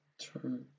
True